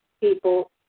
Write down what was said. people